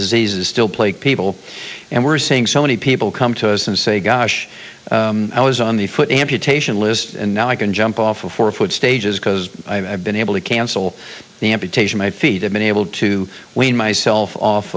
diseases still plague people and we're seeing so many people come to us and say gosh i was on the foot amputation list and now i can jump off a four foot stages because i've been able to cancel the amputation my feet have been able to wean myself off